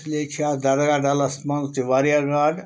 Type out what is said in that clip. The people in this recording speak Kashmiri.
اِسلیے چھِ اَتھ ڈَلَس منٛز تہِ واریاہ گاڈٕ